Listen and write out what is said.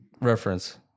Reference